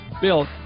Bill